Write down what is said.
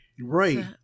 right